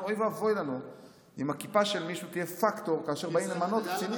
אוי ואבוי לנו אם הכיפה של מישהו תהיה פקטור כאשר באים למנות קצינים.